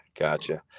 gotcha